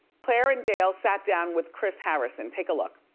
claire and dale sat down with chris harrison. take a look.